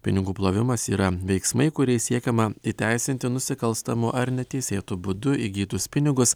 pinigų plovimas yra veiksmai kuriais siekiama įteisinti nusikalstamu ar neteisėtu būdu įgytus pinigus